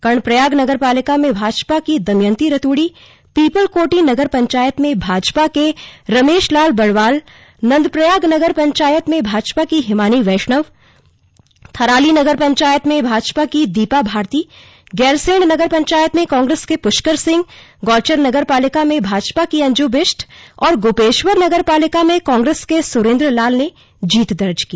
कर्णप्रयाग नगरपालिका में भाजपा की दमयंती रतूड़ी पीपलकोटी नगर पंचायत में भाजपा के रमेश लाल बड़वाल नंदप्रयाग नगर पंचायत में भाजपा की हिमानी वैष्णव थराली नगर पंचायत में भाजपा की दीपा भारती गैरसैंण नगर पंचायत में कांग्रेस के पुष्कर सिंह गौचर नगरपालिका में भाजपा की अंजू बिष्ट और गोपेश्वर नगरपालिका में कांग्रेस के सुरेंद्र लाल ने जीत दर्ज की